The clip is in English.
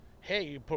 hey